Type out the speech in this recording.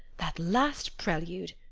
that last prelude!